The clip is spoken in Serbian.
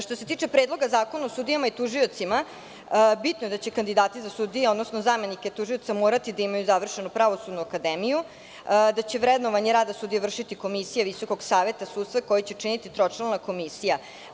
Što se tiče Predloga zakona o sudijama i tužiocima, bitno je da će kandidati za sudije, odnosno zamenike tužioca morati da imaju završenu Pravosudnu akademiju, da će vrednovanje rada sudija vršiti komisija Visokog saveta sudstva, koju će činiti tročlana komisija.